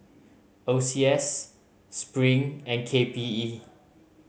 O C S Spring and K P E